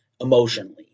emotionally